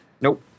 Nope